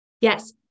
Yes